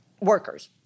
workers